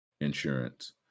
insurance